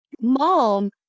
mom